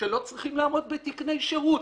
שלא צריכים לעמוד בתקני שירות,